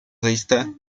zaiste